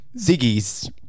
Ziggy's